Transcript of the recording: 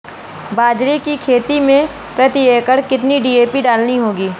बाजरे की खेती में प्रति एकड़ कितनी डी.ए.पी डालनी होगी?